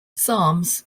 psalms